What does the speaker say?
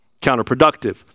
counterproductive